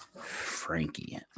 Frankie